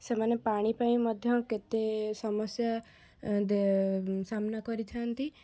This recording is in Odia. ସେମାନେ ପାଣି ପାଇଁ ମଧ୍ୟ କେତେ ସମସ୍ୟା ଦେ ସାମ୍ନା କରିଥାନ୍ତି